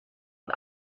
und